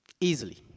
Easily